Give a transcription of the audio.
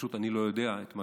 פשוט אני לא יודע את מה